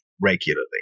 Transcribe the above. regularly